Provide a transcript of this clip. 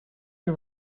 you